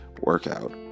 workout